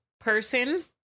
person